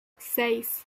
seis